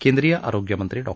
केंद्रीय आरोग्यमंत्री डॉ